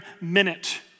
minute